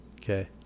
Okay